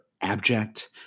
abject